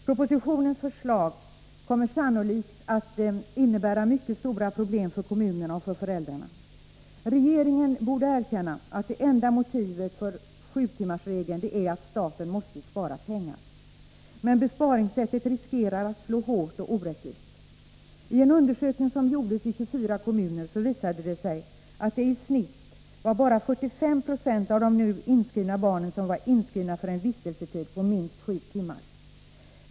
Propositionens förslag kommer sannolikt att innebära mycket stora problem för kommunerna och för föräldrarna. Regeringen borde erkänna att det enda motivet för sjutimmarsregeln är att staten måste spara pengar. Men besparingssättet riskerar att slå hårt och orättvist. En undersökning som gjordes i 24 kommuner visade att det i genomsnitt var bara 45 96 av de nu inskrivna barnen som var inskrivna för en vistelsetid på minst sju timmar.